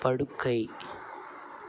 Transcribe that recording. படுக்கை